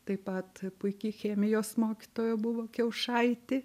taip pat puiki chemijos mokytoja buvo kiaušaitė